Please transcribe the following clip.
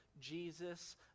Jesus